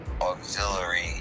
auxiliary